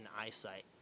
eyesight